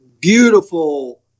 beautiful